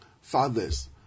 fathers